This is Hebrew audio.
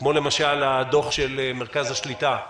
כמו למשל הדוח של מרכז השליטה,